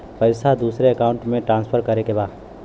पैसा दूसरे अकाउंट में ट्रांसफर करें के बा?